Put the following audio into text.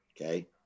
Okay